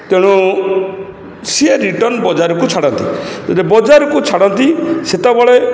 ତେଣୁ ସେ ରିଟର୍ନ ବାହାରକୁ ଛାଡ଼ନ୍ତି ବଜାରକୁ ଛାଡ଼ନ୍ତି ସେତେବେଳେ